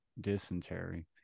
dysentery